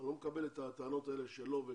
אני לא מקבל את הטענות האלה שלא.